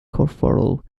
corfforol